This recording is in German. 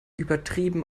übertrieben